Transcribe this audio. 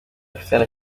mfitanye